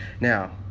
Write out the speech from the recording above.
Now